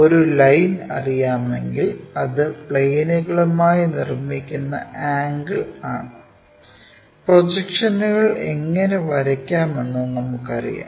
ഒരു ലൈൻ അറിയാമെങ്കിൽ അത് പ്ലെയിനുകളുമായി നിർമ്മിക്കുന്ന ആംഗിൾ ആണ് പ്രൊജക്ഷനുകൾ എങ്ങനെ വരയ്ക്കാമെന്ന് നമുക്കറിയാം